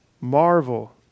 Marvel